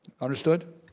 Understood